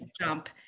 jump